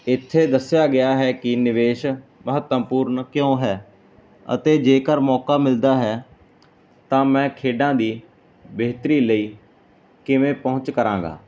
ਇੱਥੇ ਦੱਸਿਆ ਗਿਆ ਹੈ ਕਿ ਨਿਵੇਸ਼ ਮਹਤਮਪੂਰਨ ਕਿਉਂ ਹੈ ਅਤੇ ਜੇਕਰ ਮੌਕਾ ਮਿਲਦਾ ਹੈ ਤਾਂ ਮੈਂ ਖੇਡਾਂ ਦੀ ਬਿਹਤਰੀ ਲਈ ਕਿਵੇਂ ਪਹੁੰਚ ਕਰਾਂਗਾ